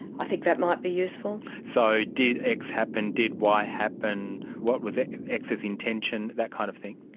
i think that might be useful. so, did x happen, did y happen, what was x's intention, that kind of thing?